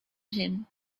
him